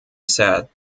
said